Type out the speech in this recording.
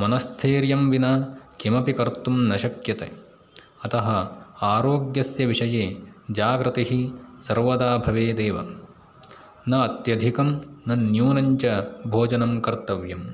मनस्थैर्यं विना किमपि कर्तुं न शक्यते अतः आरोग्यस्य विषये जागृतिः सर्वदा भवेदेव न अत्यधिकं न न्यूनं च भोजनं कर्तव्यम्